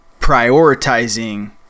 prioritizing